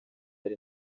hari